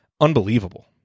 unbelievable